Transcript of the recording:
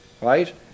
right